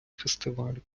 фестивалю